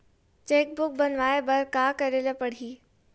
Cheque book बनवाय बर का करे ल पड़हि?